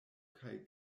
kaj